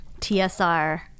TSR